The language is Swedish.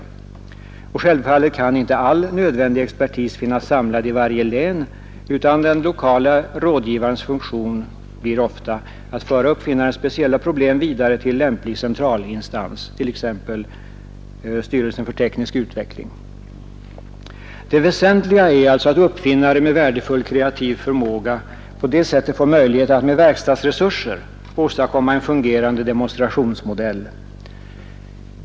Självfallet kan inte all nödvändig expertis finnas samlad i varje län, utan den lokale rådgivarens funktion blir ofta att föra uppfinnarens speciella problem vidare till lämplig centralinstans, t.ex. styrelsen för teknisk utveckling. Det väsentliga är att uppfinnare med värdefull kreativ förmåga på detta sätt får möjlighet att med verkstadsresurser åstadkomma en fungerande demonstrationsmodell.